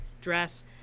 dress